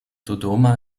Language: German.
dodoma